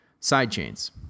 Sidechains